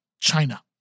China